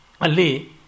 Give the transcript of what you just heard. Ali